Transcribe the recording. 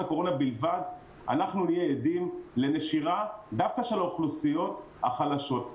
נהיה עדים לנשירה דווקא של האוכלוסיות החלשות,